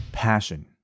passion